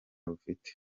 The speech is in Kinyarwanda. rufite